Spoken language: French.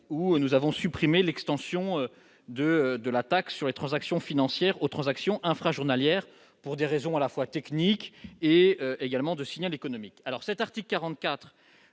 où nous avons supprimé l'extension de de la taxe sur les transactions financières aux transactions infra-journalières pour des raisons à la fois techniques et également de signal économique alors cet article 44